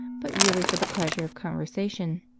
but really for the pleasure of conversation.